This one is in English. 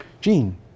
Gene